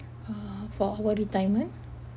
uh for our retirement